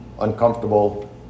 uncomfortable